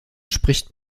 spricht